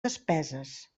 despeses